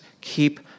keep